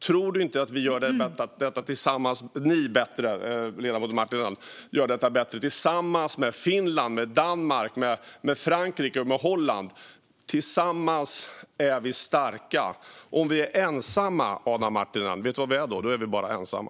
Tror du inte att vi gör det bättre tillsammans med Finland, med Danmark, med Frankrike och med Holland? Tillsammans är vi starka. Vet du vad vi är om vi är ensamma, Adam Marttinen? Då är vi bara ensamma.